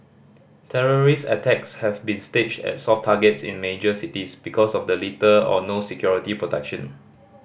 terrorist attacks have been staged at soft targets in major cities because of the little or no security protection